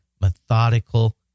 methodical